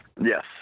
Yes